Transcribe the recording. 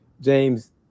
James